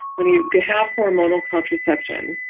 when you have hormonal contraception.